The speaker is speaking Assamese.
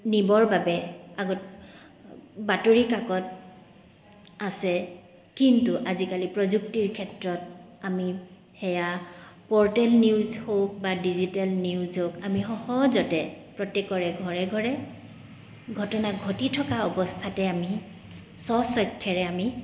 নিবৰ বাবে আগত বাতৰি কাকত আছে কিন্তু আজিকালি প্ৰযুক্তিৰ ক্ষেত্ৰত আমি সেয়া প'ৰ্টেল নিউজ হওক বা ডিজিটেল নিউজ হওক আমি সহজতে প্ৰত্যেকৰে ঘৰে ঘৰে ঘটনা ঘটি থকা অৱস্থাতে আমি স্ব চক্ষেৰে আমি